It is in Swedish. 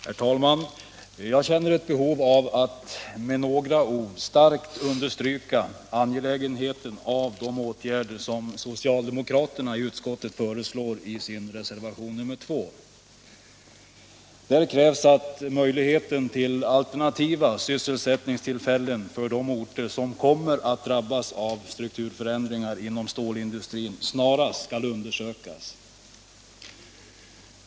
Herr talman! Jag känner ett behov av att med några ord starkt understryka angelägenheten av de åtgärder som socialdemokraterna i utskottet föreslår i reservation nr 2. Där krävs att möjligheterna till alternativa sysselsättningstillfällen för de orter som kommer att drabbas av strukturförändringar inom stålindustrin snarast skall undersökas.